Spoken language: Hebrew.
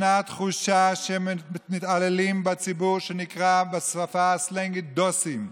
ישנה תחושה שמתעללים בציבור שנקרא בשפה הסלנגית "דוסים".